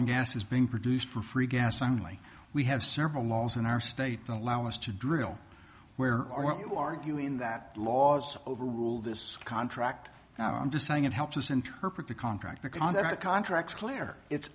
and gas is being produced for free gas i'm like we have several laws in our state that allow us to drill where are you arguing that laws overrule this contract now i'm just saying it helps us interpret the contract because that contracts clear it's